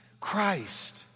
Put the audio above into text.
Christ